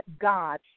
God